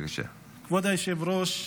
כבוד היושב-ראש,